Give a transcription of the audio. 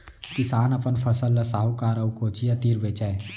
किसान अपन फसल ल साहूकार अउ कोचिया तीर बेचय